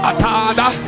Atada